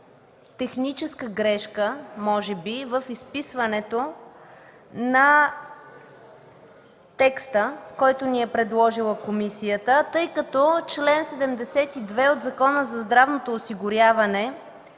тъй като чл. 72 от Закона за здравното осигуряване в